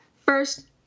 First